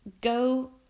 Go